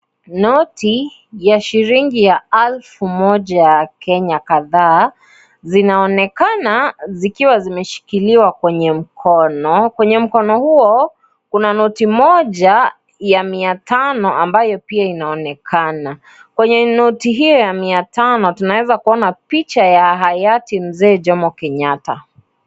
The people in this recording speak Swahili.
Noti ya shilingi elfu moja ya Kenya kadhaa zinaonekana zikiwa zimeshikiliwa kwenye mkono, kwenye mkono huo kuna noti moja ya mia tano ambayo pia inaonekana, kwenye noti hiyo ya mia tano tunaweza kuona picha ya hayati mzee Jomo Kenyatta.